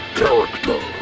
character